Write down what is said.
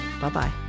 Bye-bye